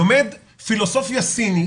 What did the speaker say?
לומד פילוסופיה סינית,